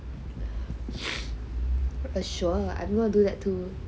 sure I don't want do that too